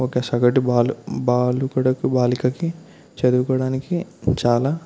ఒక సగటు బాలు బాలుకుడకి బాలికకి చదువుకోవడానికి చాలా